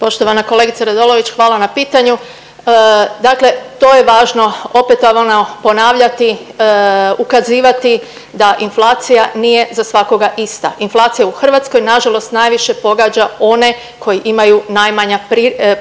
Poštovana kolegice Radolović, hvala na pitanju. Dakle to je važno opetovano ponavljati, ukazivati da inflacija nije za svakoga ista. Inflacija u Hrvatskoj, nažalost najviše pogađa one koji imaju najmanja